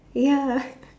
ya